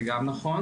זה גם נכון.